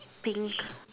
pink